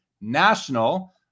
National